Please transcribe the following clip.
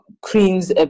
creams